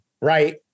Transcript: right